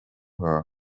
her